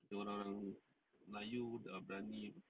macam orang-orang melayu kalau berani apa